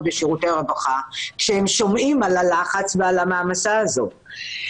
בשירותי הרווחה כשהם שומעים על הלחץ ועל המעמסה הזאת?